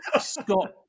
Scott